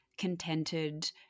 contented